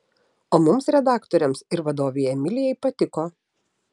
o mums redaktoriams ir vadovei emilijai patiko